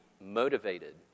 motivated